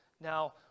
now